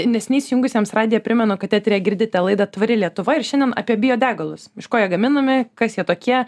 neseniai įsijungusiems radiją primena kad eteryje girdite laidą tvari lietuva ir šiandien apie biodegalus iš ko jie gaminami kas jie tokie